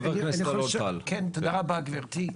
חבר הכנסת אלון טל תודה רבה על המידע.